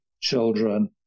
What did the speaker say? children